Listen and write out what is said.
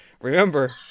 Remember